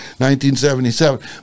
1977